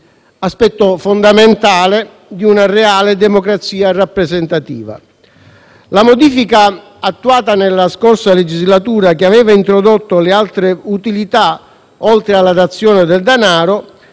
aspetto fondamentale per una reale democrazia rappresentativa. La modifica attuata nella precedente legislatura, che aveva introdotto le altre utilità oltre alla dazione del denaro